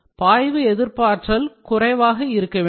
பாய்வு எதிர்ப்பாற்றல் குறைவாக இருக்க வேண்டும்